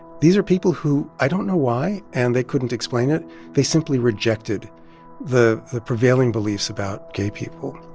these are people who i don't know why, and they couldn't explain it they simply rejected the prevailing beliefs about gay people.